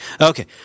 Okay